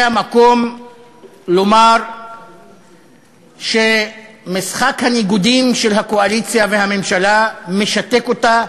זה המקום לומר שמשחק הניגודים של הקואליציה והממשלה משתק אותה